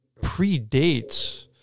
predates